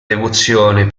devozione